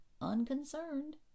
unconcerned